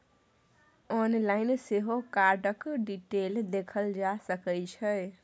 online सेहो कार्डक detail देखल जा सकै छै